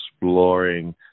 exploring